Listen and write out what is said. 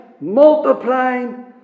multiplying